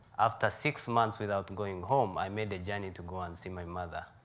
after six months without going home, i made the journey to go and see my mother.